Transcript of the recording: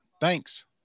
Thanks